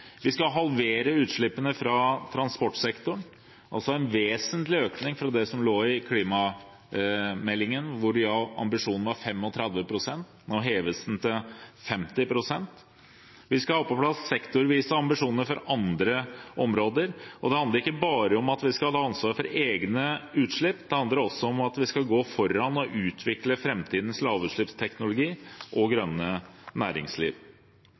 Vi skal halvere utslippene fra transportsektoren, altså en vesentlig økning fra det som lå i klimameldingen, der ambisjonen var 35 pst. Nå heves den til 50 pst. Vi skal ha på plass sektorvise ambisjoner for andre områder, og det handler ikke bare om at vi skal ta ansvar for egne utslipp, det handler også om at vi skal gå foran og utvikle framtidens lavutslippsteknologi og grønne næringsliv.